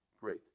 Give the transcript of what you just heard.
Great